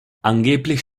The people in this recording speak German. angeblich